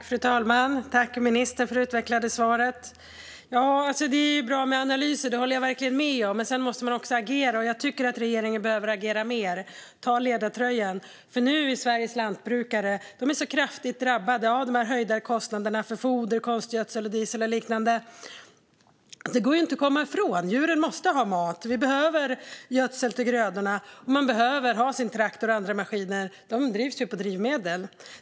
Fru talman! Tack, ministern, för det utvecklade svaret! Det är ju bra med analyser. Det håller jag verkligen med om. Men sedan måste man också agera. Jag tycker att regeringen behöver agera mer och ta ledartröjan nu när Sveriges lantbrukare är så kraftigt drabbade av höjda kostnader för foder, konstgödsel, diesel och liknande. Det går inte att komma ifrån: Djuren måste ha mat, vi behöver gödsel till grödorna och man behöver ha sin traktor och andra maskiner. Dessa drivs med drivmedel.